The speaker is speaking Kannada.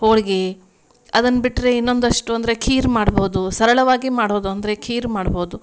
ಹೋಳ್ಗೆ ಅದನ್ನ ಬಿಟ್ರೆ ಇನ್ನೊಂದಷ್ಟು ಅಂದರೆ ಖೀರು ಮಾಡಭೌದು ಸರಳವಾಗಿ ಮಾಡೋದು ಅಂದರೆ ಖೀರು ಮಾಡಭೌದು